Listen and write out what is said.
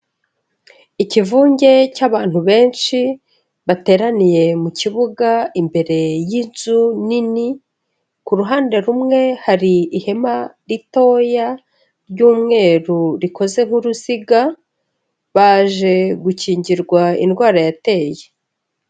Ikivunge cy'abantu benshi bateraniye mu kibuga imbere y'inzu nini, ku ruhande rumwe hari ihema ritoya ry'umweru rikoze nk'uruziga, baje gukingirwa indwara yateye.